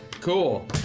Cool